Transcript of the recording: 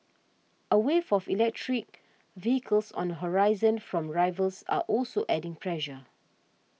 a wave of electric vehicles on the horizon from rivals are also adding pressure